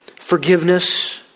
Forgiveness